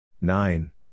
Nine